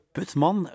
Putman